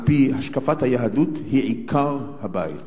על-פי השקפת היהדות, היא עיקר הבית.